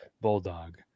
Bulldog